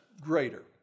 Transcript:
greater